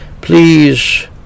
Please